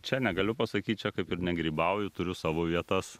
čia negaliu pasakyt čia kaip ir negrybauju turiu savo vietas